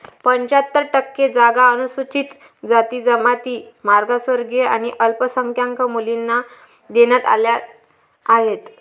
पंच्याहत्तर टक्के जागा अनुसूचित जाती, जमाती, मागासवर्गीय आणि अल्पसंख्याक मुलींना देण्यात आल्या आहेत